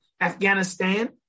Afghanistan